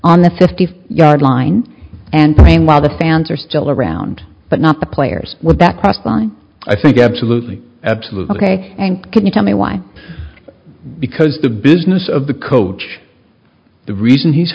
on the fifty yard line and playing while the fans are still around but not the players that cross the line i think absolutely absolutely and can you tell me why because the business of the coach the reason he's